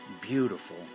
beautiful